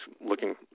looking